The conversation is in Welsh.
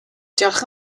diolch